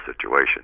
situation